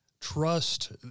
trust